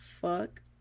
fuck